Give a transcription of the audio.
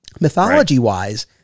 mythology-wise